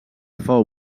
fou